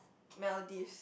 Maldives